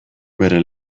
bere